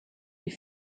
die